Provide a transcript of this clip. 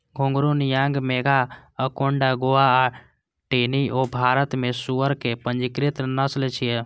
घूंघरू, नियांग मेघा, अगोंडा गोवा आ टेनी वो भारत मे सुअर के पंजीकृत नस्ल छियै